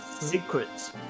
secrets